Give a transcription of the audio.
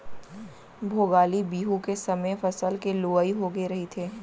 भोगाली बिहू के समे फसल के लुवई होगे रहिथे